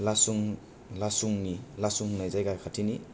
लासुं लासुंनि लासुं होननाय जायगा खाथिनि